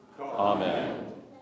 Amen